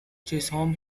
chisholm